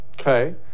Okay